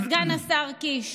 סגן השר קיש,